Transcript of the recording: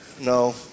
No